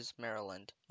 Maryland